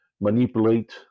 manipulate